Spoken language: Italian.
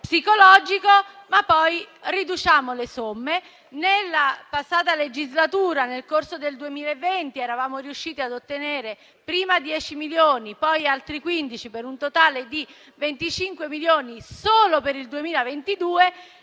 psicologico, ma poi riduciamo le somme. Nella passata legislatura, nel corso del 2020, eravamo riusciti a ottenere prima 10 milioni, poi altri 15, per un totale di 25 milioni solo per il 2022